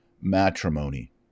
matrimony